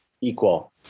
equal